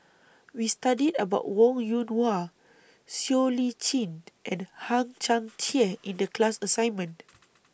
We studied about Wong Yoon Wah Siow Lee Chin and Hang Chang Chieh in The class assignment